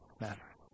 matter